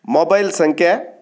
mobile ಸಂಖ್ಯೆ